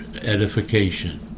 edification